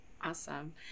Awesome